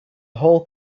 whole